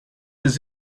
his